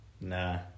Nah